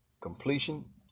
completion